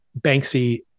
banksy